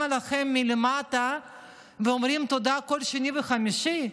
עליכם מלמטה ואומרים תודה כל שני וחמישי?